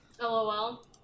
LOL